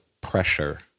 pressure